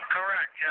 Correct